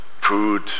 food